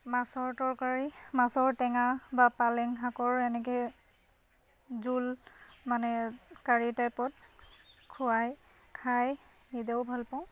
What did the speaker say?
মাছৰ তৰকাৰী মাছৰ টেঙা বা পালেং শাকৰ এনেকৈ জোল মানে কাৰি টাইপত খুৱাই খাই নিজেও ভাল পাওঁ